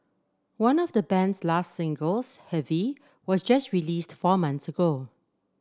one of the band's last singles heavy was just released four months ago